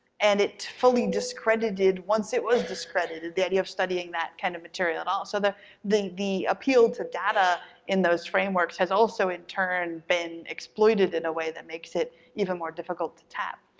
and it fully discredited, once it was discredited, the idea of studying that kind of material at all, so the the appeal to data in those frameworks has also in turn been exploited in a way that makes it even more difficult to tap.